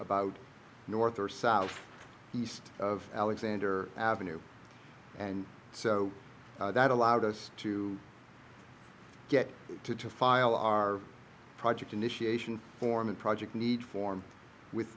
about north or south east of alexander ave and so that allowed us to get to to file our project initiation form a project need form with